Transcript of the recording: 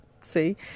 See